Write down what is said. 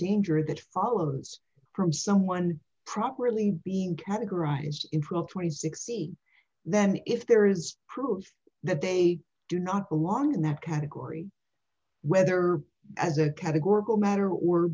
danger that follows from someone properly being categorized in prop twenty six see then if there is proof that they do not belong in that category whether as a categorical matter or